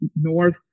north